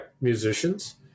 musicians